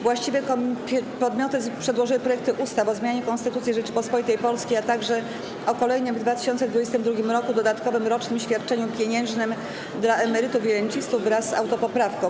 Właściwe podmioty przedłożyły projekty ustaw: - o zmianie Konstytucji Rzeczypospolitej Polskiej, - o kolejnym w 2022 r. dodatkowym rocznym świadczeniu pieniężnym dla emerytów i rencistów wraz z autopoprawką.